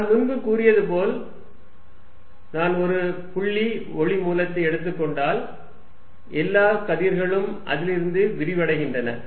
நான் முன்பு கூறியது போல் நான் ஒரு புள்ளி ஒளி மூலத்தை எடுத்துக்கொண்டால் எல்லா கதிர்களும் அதிலிருந்து விரிவடைகின்றன